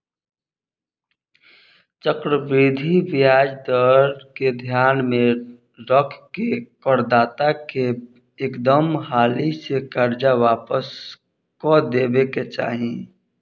चक्रवृद्धि ब्याज दर के ध्यान में रख के कर दाता के एकदम हाली से कर्जा वापस क देबे के चाही